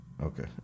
Okay